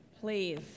Please